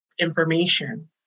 information